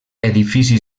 edifici